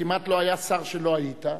כמעט לא היה שר שלא היית.